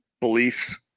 beliefs